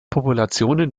populationen